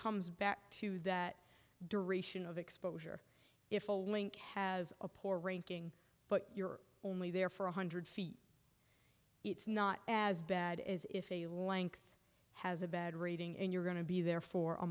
comes back to that duration of exposure if a link has a poor ranking but you're only there for one hundred feet it's not as bad as if a lank has a bad rating and you're going to be there for a